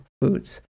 foods